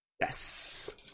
Yes